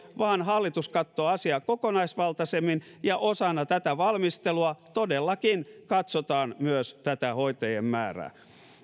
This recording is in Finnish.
vaan hallitus katsoo asiaa kokonaisvaltaisemmin ja osana valmistelua todellakin katsotaan myös hoitajien määrää